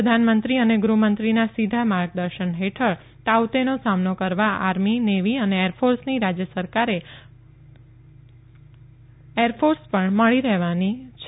પ્રધાનમંત્રી અને ગૃહમંત્રીના સીધા માર્ગદર્શન હેઠળ તાઉતેનો સામનો કરવા આર્મી નેવી અને એરફોર્સની મદદ પણ મળી રહેવાની છે